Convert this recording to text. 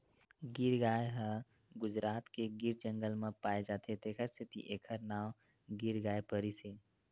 गीर गाय ह गुजरात के गीर जंगल म पाए जाथे तेखर सेती एखर नांव गीर गाय परिस हे